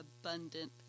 abundant